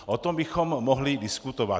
A o tom bychom mohli diskutovat.